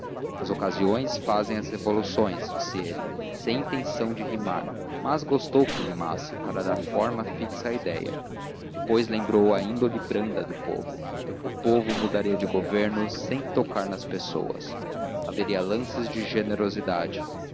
as ocasiões fazem as revoluções disse ele sem intenção de rimar mas gostou que rimasse para dar forma fixa à ideia depois lembrou a índole branda do povo o povo mudaria de governo sem tocar nas pessoas haveria lances de generosidade